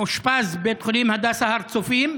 מאושפז בבית החולים הדסה הר הצופים.